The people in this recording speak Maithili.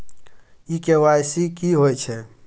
इ के.वाई.सी की होय छै?